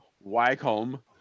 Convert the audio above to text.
Wycombe